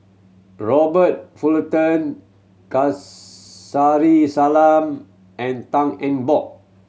Robert Fullerton Kasari Salam and Tan Eng Bock